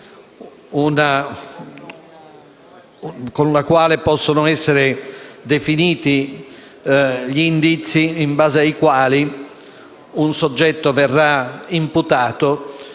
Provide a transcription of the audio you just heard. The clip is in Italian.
con la quale possono essere definiti gli indizi in base ai quali un soggetto verrà imputato